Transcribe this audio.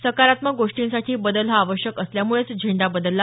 सकारात्मक गोष्टींसाठी बदल हा आवश्यक असल्यामुळेच झेंडा बदलला